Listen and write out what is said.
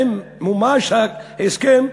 האם מומש ההסכם,